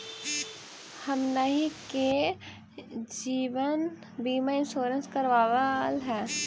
हमनहि के जिवन बिमा इंश्योरेंस करावल है?